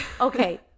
okay